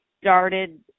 started